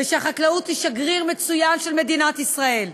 ושהחקלאות היא שגריר מצוין של מדינת ישראל.